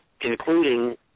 including